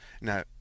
now